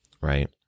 right